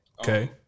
Okay